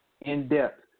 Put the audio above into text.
in-depth